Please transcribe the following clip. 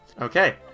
Okay